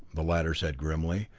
the latter said grimly,